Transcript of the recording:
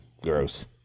Gross